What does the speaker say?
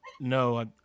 no